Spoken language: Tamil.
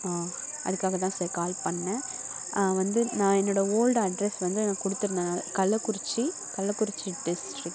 ஆ அதுக்காக தான் சார் கால் பண்ணிணேன் வந்து நான் என்னோடய ஓல்ட் அட்ரெஸ் வந்து நான் கொடுத்துருந்தேன் கள்ளக்குறிச்சி கள்ளக்குறிச்சி டிஸ்ட்ரிக்